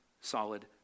solid